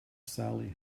sally